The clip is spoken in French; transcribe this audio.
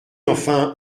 enfin